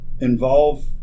involve